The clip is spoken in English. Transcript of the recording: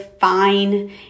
fine